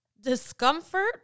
discomfort